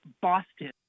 Boston